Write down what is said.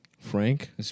Frank